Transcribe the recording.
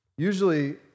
Usually